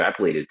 extrapolated